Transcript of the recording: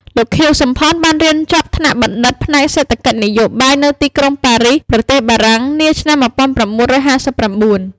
លោក ខៀវ សំផន បានរៀនចប់ថ្នាក់បណ្ឌិតផ្នែកសេដ្ឋកិច្ចនយោបាយ នៅទីក្រុងប៉ារីស ប្រទេសបារាំង នាឆ្នាំ ១៩៥៩ ។